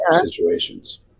situations